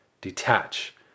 Detach